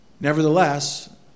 Nevertheless